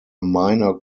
minor